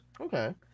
Okay